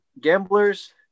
gamblers